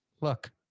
look